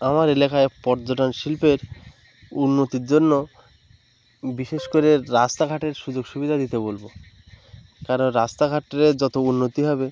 আমার এলাকায় পর্যটন শিল্পের উন্নতির জন্য বিশেষ করে রাস্তাঘাটের সুযোগ সুবিধা দিতে বলবো কারণ রাস্তাঘাটের যতো উন্নতি হবে